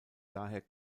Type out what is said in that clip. daher